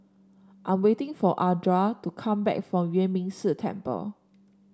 I'm waiting for Ardath to come back from Yuan Ming Si Temple